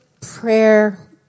prayer